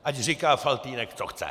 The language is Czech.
Ať říká Faltýnek, co chce!